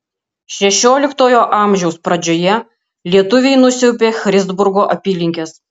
šešioliktojo amžiaus pradžioje lietuviai nusiaubė christburgo apylinkes